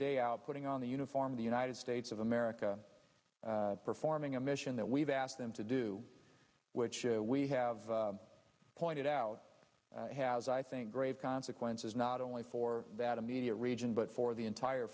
day out putting on the uniform of the united states of america performing a mission that we've asked them to do which we have pointed out has i think grave consequences not only for that immediate region but for the entire